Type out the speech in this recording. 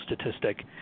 statistic